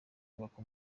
kubaka